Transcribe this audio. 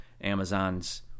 Amazon's